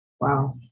Wow